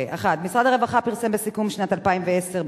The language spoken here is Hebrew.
1. משרד הרווחה פרסם בסיכום שנת 2010,